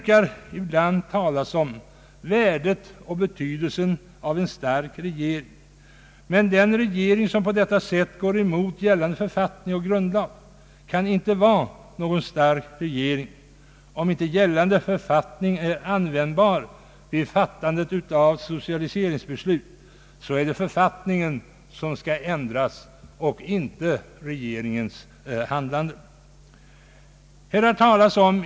Det talas ibland om värdet och betydelsen av en stark regering, men den regering som på detta sätt går emot gällande författning och grundlag kan inte vara någon stark regering. Om inte gällande författning är användbar när man fattar socialiseringsbeslut, så är det författningen som skall ändras och inte regeringens handlingssätt.